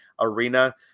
arena